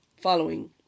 following